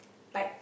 like